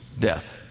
death